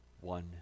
one